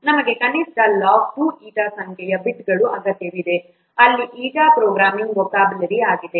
ನಮಗೆ ಕನಿಷ್ಠ log 2 eta ಸಂಖ್ಯೆಯ ಬಿಟ್ಗಳ ಅಗತ್ಯವಿದೆ ಅಲ್ಲಿ eta ಪ್ರೋಗ್ರಾಂ ವೊಕ್ಯಾಬ್ಯುಲರಿ ಆಗಿದೆ